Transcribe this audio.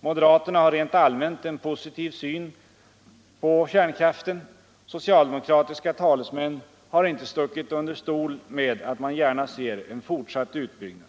Moderaterna har rent allmänt en positiv syn på kärnkraften. Socialdemokratiska talesmän har inte stuckit under stol med att man gärna ser en fortsatt utbyggnad.